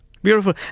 Beautiful